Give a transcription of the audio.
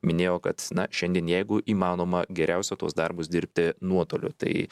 minėjo kad na šiandien jeigu įmanoma geriausia tuos darbus dirbti nuotoliu tai